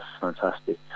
fantastic